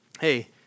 hey